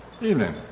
Evening